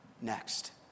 Next